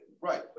Right